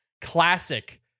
classic